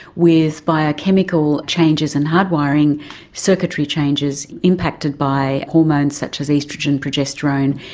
with biochemical changes and hardwiring circuitry changes impacted by hormones such as oestrogen, progesterone,